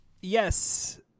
Yes